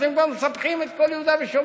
אתם כבר מספחים את כל יהודה ושומרון?